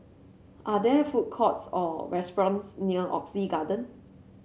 are there food courts or restaurants near Oxley Garden